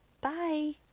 Bye